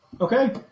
Okay